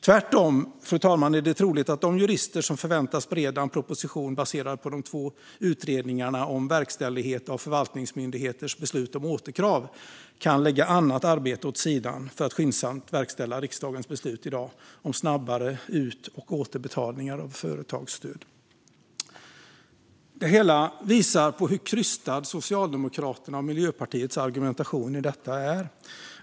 Tvärtom, fru talman, är det troligt att de jurister som förväntas bereda en proposition baserad på de två utredningarna om verkställighet av förvaltningsmyndigheters beslut om återkrav kan lägga annat arbete åt sidan för att skyndsamt verkställa riksdagens beslut i dag om snabbare ut och återbetalningar av företagsstöd. Det hela visar på hur krystad Socialdemokraternas och Miljöpartiets argumentation i detta är.